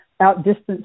outdistance